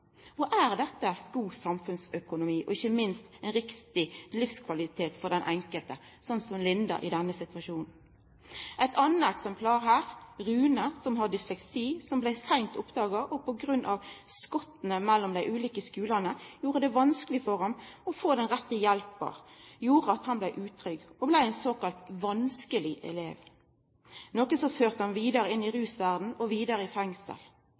Er dette god samfunnsøkonomi og ikkje minst ein riktig livskvalitet for den einskilde, som for Linda i denne situasjonen? Eit anna eksempel er Runar, som har dysleksi som blei seint oppdaga. På grunn av at skotta mellom dei ulike skulane gjorde det vanskeleg for han å få den rette hjelpa, blei han uttrygg og ein såkalla vanskeleg elev, noko som førte han inn i rusverda og vidare i fengsel.